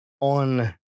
on